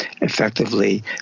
effectively